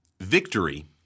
Victory